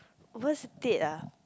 worst date ah